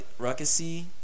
Ruckusy